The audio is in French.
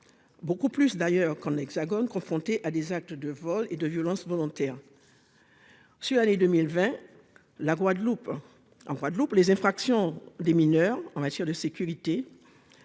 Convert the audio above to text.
Beaucoup plus d'ailleurs qu'Hexagone confronté à des actes de vols et de violences volontaires. Sur l'année 2020. La Guadeloupe. En Guadeloupe, les infractions des mineurs en matière de sécurité.